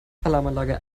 alarmanlage